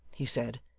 he said,